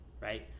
right